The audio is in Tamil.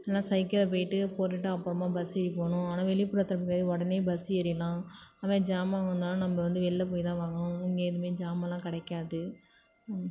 இல்லைன்னா சைக்கிளில் போயிட்டு போட்டுவிட்டு அப்புறமா பஸ் ஏறி போகணும் ஆனால் வெளிப்புறத்தில் உடனே பஸ் ஏறிடலாம் அதை மாதிரி ஜாமான் வாங்கணுன்னாலும் நம்ம வந்து வெளில போய் தான் வாங்கணும் இங்கே எதுவுமே ஜாமான்லாம் கிடைக்காது